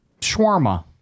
shawarma